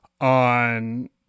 on